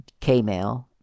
kmail